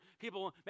people